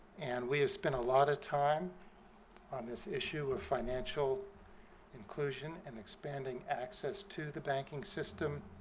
and we have spent a lot of time on this issue of financial inclusion and expanding access to the banking system